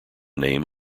name